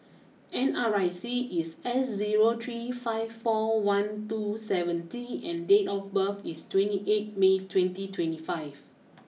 N R I C is S zero three five four one two seven T and date of birth is twenty eight May twenty twenty five